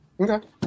Okay